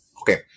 Okay